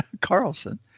Carlson